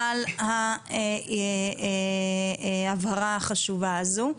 על ההבהרה החשובה הזו.